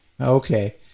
Okay